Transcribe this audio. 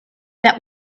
that